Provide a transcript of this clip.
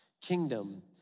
kingdom